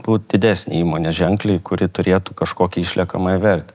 būt didesnė įmonė ženkliai kuri turėtų kažkokią išliekamąją vertę